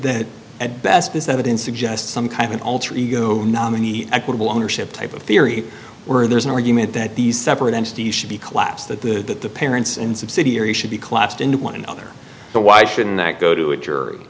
at best this evidence suggests some kind of an alter ego nominee equitable ownership type of theory where there's an argument that these separate entity should be collapse that the parents in subsidiary should be collapsed into one another so why shouldn't that go to a jury